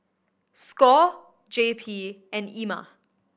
score J P and Ema